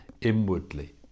inwardly